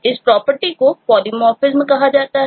इस प्रॉपर्टी को पॉलीमोरफ़िज्म है